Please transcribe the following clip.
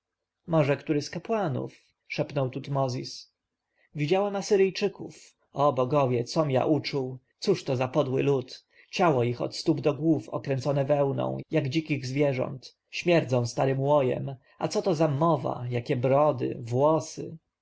może który z kapłanów szepnął tutmozis widziałem asyryjczyków o bogowie com ja uczuł cóż to za podły lud ciało ich od stóp do głów okręcone wełną jak dzikich zwierząt śmierdzą starym łojem a co to za mowa jakie brody włosy